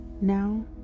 Now